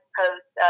post